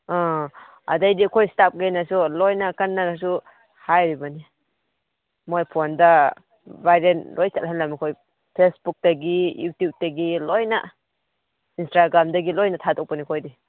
ꯑꯥ ꯑꯗꯩꯗꯤ ꯑꯩꯈꯣꯏ ꯁ꯭ꯇꯥꯐꯈꯩꯅꯁꯨ ꯂꯣꯏꯅ ꯀꯟꯅꯁꯨ ꯍꯥꯏꯔꯤꯕꯅꯤ ꯃꯣꯏ ꯐꯣꯟꯗ ꯚꯥꯏꯔꯦꯟ ꯂꯣꯏ ꯆꯠꯍꯜꯂꯦ ꯃꯈꯣꯏ ꯐꯦꯁꯕꯨꯛꯇꯒꯤ ꯌꯨꯇ꯭ꯌꯨꯞꯇꯒꯤ ꯂꯣꯏꯅ ꯏꯟꯁꯇꯥꯒ꯭ꯔꯥꯝꯗꯒꯤ ꯂꯣꯏꯅ ꯊꯥꯗꯣꯛꯄꯅꯦ ꯑꯩꯈꯣꯏꯗꯤ